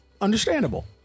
understandable